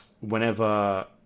Whenever